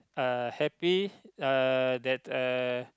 uh happy uh that uh